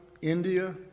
India